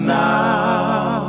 now